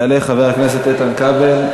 יעלה חבר הכנסת איתן כבל,